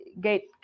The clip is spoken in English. gate